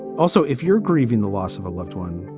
also, if you're grieving the loss of a loved one,